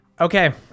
Okay